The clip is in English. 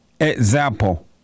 Example